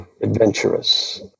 Adventurous